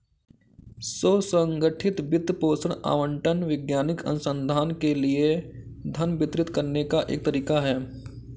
स्व संगठित वित्त पोषण आवंटन वैज्ञानिक अनुसंधान के लिए धन वितरित करने का एक तरीका हैं